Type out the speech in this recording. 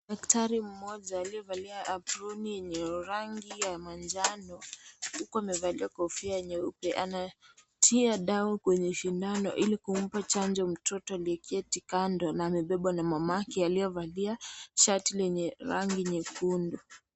Daktari mmoja aliyevalia aproni yenye rangi ya manjano huku amevalia kofia nyeupe anatia dawa kwenye sindano ili kumpa chango mtoto aliyeketi kando na amebebwa na mamake aliyevalia shati lenye rangi nyekundu.